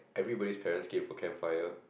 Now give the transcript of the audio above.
everybody's parents came for campfire